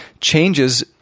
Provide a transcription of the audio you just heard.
changes